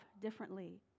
differently